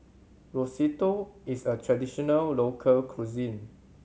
Risotto is a traditional local cuisine